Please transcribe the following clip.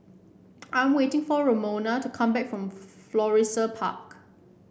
I'm waiting for Ramona to come back from Florissa Park